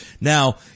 now